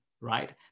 right